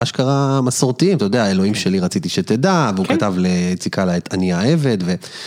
אשכרה המסורתיים, אתה יודע, אלוהים שלי רציתי שתדע, והוא כתב ליציקה אני אעבד...